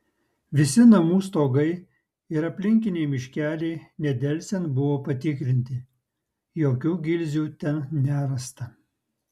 visi namų stogai ir aplinkiniai miškeliai nedelsiant buvo patikrinti jokių gilzių ten nerasta